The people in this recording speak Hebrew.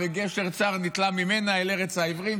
// וגשר פז נתלה ממנה, / אל ארץ העברים.